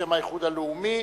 בשם האיחוד הלאומי,